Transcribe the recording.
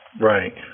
Right